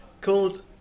Called